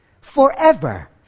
Forever